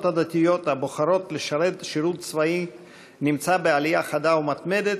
הדתיות הבוחרות לשרת שירות צבאי נמצא בעלייה חדה ומתמדת,